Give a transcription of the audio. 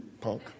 punk